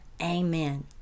amen